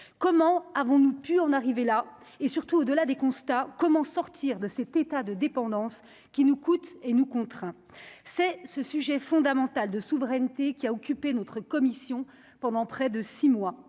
comment avons-nous pu en arriver là et surtout de là des constats : comment sortir de cet état de dépendance qui nous coûte et nous contraint c'est ce sujet fondamental de souveraineté qui a occupé notre commission pendant près de 6 mois,